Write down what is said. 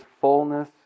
fullness